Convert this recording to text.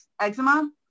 eczema